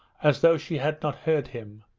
as though she had not heard him,